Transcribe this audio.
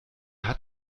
hat